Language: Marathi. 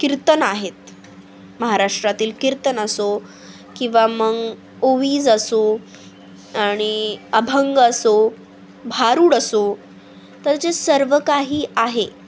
कीर्तन आहेत महाराष्ट्रातील कीर्तन असो किंवा मग ओविज असो आणि अभंग असो भारुड असो तर जे सर्व काही आहे